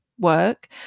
Work